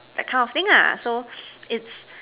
that kind of thing ah so it's